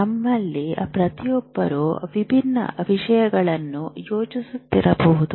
ನಮ್ಮಲ್ಲಿ ಪ್ರತಿಯೊಬ್ಬರೂ ವಿಭಿನ್ನ ವಿಷಯಗಳನ್ನು ಯೋಚಿಸುತ್ತಿರಬಹುದು